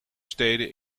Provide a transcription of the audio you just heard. steden